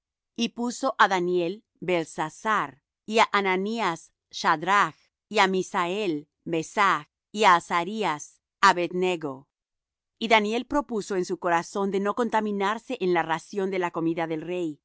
y puso á daniel beltsasar y á ananías sadrach y á misael mesach y á azarías abed nego y daniel propuso en su corazón de no contaminarse en la ración de la comida del rey